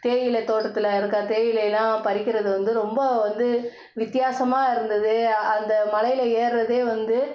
தேயிலை தோட்டத்தில் இருக்க தேயிலைலெல்லாம் பறிக்கிறது வந்து ரொம்ப வந்து வித்தியாசமாக இருந்தது அந்த மலையில் ஏறுகிறதே வந்து